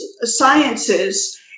sciences